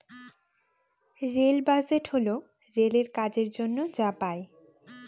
rail budget হল রেলের কাজের জন্য যা পাই